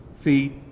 feet